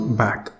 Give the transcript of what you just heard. back